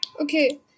Okay